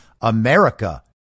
America